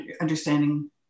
understanding